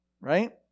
Right